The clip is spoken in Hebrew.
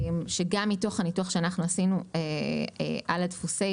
גם מתוך הניתוח שאנחנו עשינו על דפוסי